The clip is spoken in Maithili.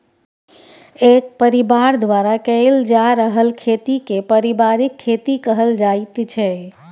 एक परिबार द्वारा कएल जा रहल खेती केँ परिबारिक खेती कहल जाइत छै